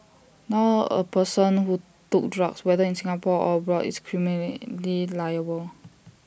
now A person who took drugs whether in Singapore or abroad is criminally liable